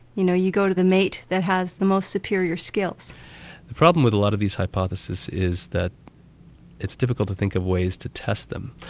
you know, you go to the mate that has the most superior skills. the problem with a lot of these hypotheses is that it's difficult to think of ways to test them,